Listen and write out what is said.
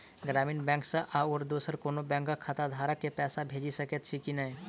ग्रामीण बैंक सँ आओर दोसर कोनो बैंकक खाताधारक केँ पैसा भेजि सकैत छी की नै?